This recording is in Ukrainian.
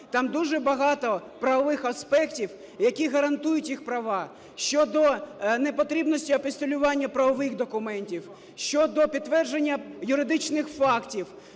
там дуже багато правових аспектів, які гарантують їх права щодо непотрібності апостилювання правових документів, щодо підтвердження юридичних фактів